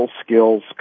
skills